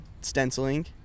stenciling